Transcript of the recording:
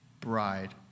bride